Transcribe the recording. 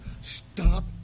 Stop